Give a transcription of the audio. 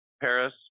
paris